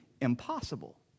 impossible